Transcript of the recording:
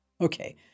Okay